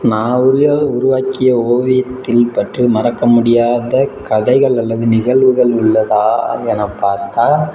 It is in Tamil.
நான் உரிய உருவாக்கிய ஓவியத்தில் பற்றி மறக்க முடியாத கதைகள் அல்லது நிகழ்வுகள் உள்ளதா என பார்த்தா